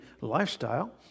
lifestyle